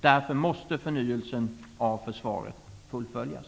Därför måste förnyelsen av försvaret fullföljas.